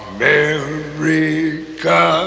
America